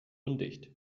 undicht